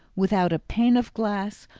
without a pane of glass,